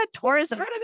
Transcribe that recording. tourism